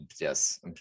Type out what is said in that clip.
Yes